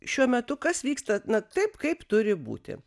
šiuo metu kas vyksta na taip kaip turi būti